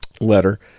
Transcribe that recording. letter